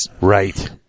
Right